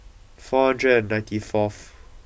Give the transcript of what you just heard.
four hundred and ninety fourth